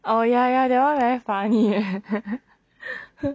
oh ya ya that [one] very funny eh